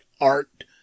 art